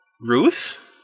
Ruth